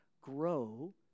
grow